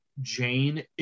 Jane